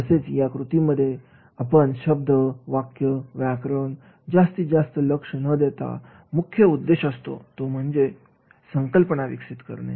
तसेच या कृती मध्ये आपण शब्द वाक्य व्याकरण यावर जास्त लक्ष न देता मुख्य उद्देश असतो तो म्हणजे संकल्पना विकसित करणे